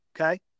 okay